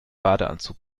badeanzug